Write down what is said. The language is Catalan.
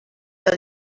del